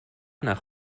nach